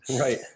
Right